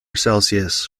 celsius